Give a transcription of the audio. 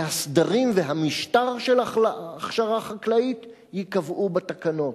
והסדרים והמשטר של הכשרה חקלאית, ייקבעו בתקנות".